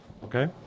Okay